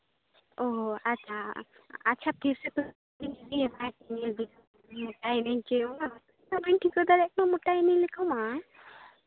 ᱚ ᱦᱚᱸ ᱟᱪᱪᱷᱟ ᱟᱪᱪᱷᱟ ᱛᱤᱥ ᱤᱧᱜᱮ ᱵᱟᱹᱧ ᱴᱷᱤᱠᱟᱹ ᱫᱟᱲᱮᱭᱟᱜ ᱠᱟᱱᱟ ᱢᱳᱴᱟᱭᱮᱱᱟᱹᱧ ᱱᱤᱝᱠᱟᱹ ᱢᱟ